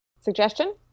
Suggestion